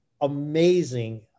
amazing